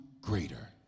greater